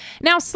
now